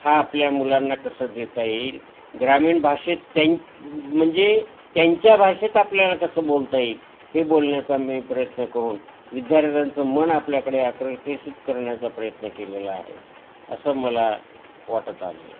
हा आपल्या मुलांना कसं देता येईल ग्रामीण भाषेत त्यां म्हणजे त्यांच्या भाषेत आपल्याला कसं बोलता येईल हे बोलण्याचा मी प्रयत्न करून विद्यार्थ्यांचं मन आपल्याकडे आकर्षित करण्याचा प्रयत्न केलेला आहे असं मला वाटत आले